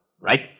Right